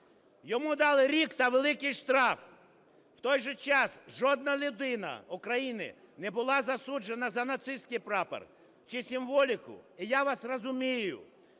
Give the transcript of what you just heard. Йому дали рік та великий штраф. У той же час, жодна людина України не була засуджена за нацистський прапор чи символіку. І я вас розумію: